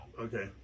okay